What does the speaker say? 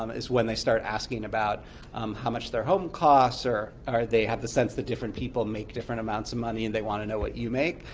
um is when they start asking about how much their home costs, or or they have the sense that different people make different amounts of money and they want to know what you make.